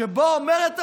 שבו אומרת הממשלה: